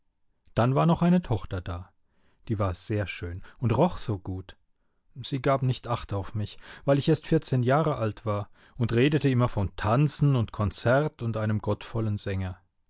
dann war noch eine tochter da die war sehr schön und roch so gut sie gab nicht acht auf mich weil ich erst vierzehn jahre alt war und redete immer von tanzen und konzert und einem gottvollen sänger